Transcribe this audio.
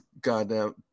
goddamn